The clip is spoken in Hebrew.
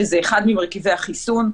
שזה אחד ממרכיבי החיסון,